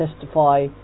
testify